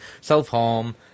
self-harm